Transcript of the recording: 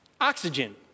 Oxygen